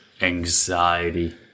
anxiety